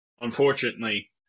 unfortunately